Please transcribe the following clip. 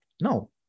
no